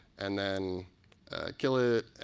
and then kill it.